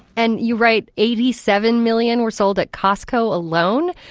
and you write eighty seven million were sold at costco alone.